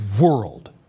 world